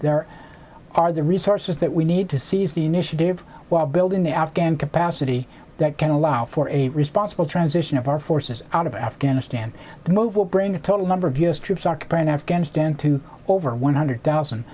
there are the resources that we need to seize the initiative while building the afghan capacity that can allow for a responsible transition of our forces out of afghanistan the move will bring the total number of u s troops occupying afghanistan to over one hundred thousand